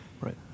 right